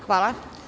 Hvala.